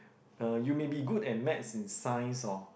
uh you may be good at Maths and Science hor